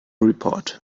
report